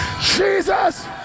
Jesus